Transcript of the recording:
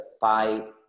fight